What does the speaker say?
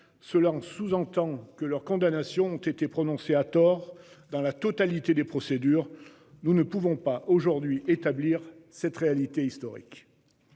cela en sous-entend que leurs condamnations ont été prononcées à tort dans la totalité des procédures. Nous ne pouvons pas aujourd'hui établir cette réalité historique.